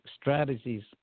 strategies